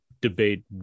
debate